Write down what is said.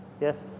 Yes